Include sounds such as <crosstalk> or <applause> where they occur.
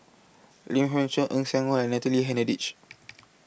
Lim Poh Chuan Eng Siak Loy and Natalie Hennedige <noise>